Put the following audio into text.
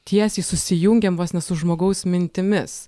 tiesiai susijungiam vos ne su žmogaus mintimis